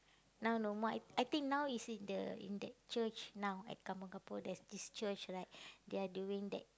now no more I I think now is in the in that church now at Kampong-Kapor there's this church like they are doing that